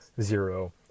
zero